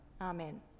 Amen